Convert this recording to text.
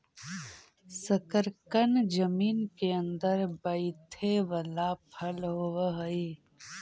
शकरकन जमीन केअंदर बईथे बला फल होब हई